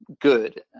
good